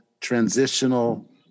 transitional